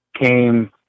came